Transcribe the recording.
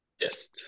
Yes